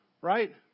right